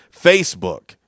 Facebook